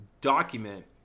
document